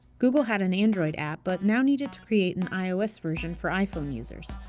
google had an android app but now needed to create an ios version for iphone users.